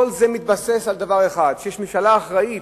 כל זה מתבסס על דבר אחד: שיש ממשלה אחראית,